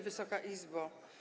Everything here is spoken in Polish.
Wysoka Izbo!